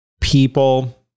people